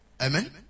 Amen